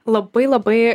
labai labai